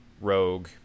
Rogue